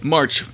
March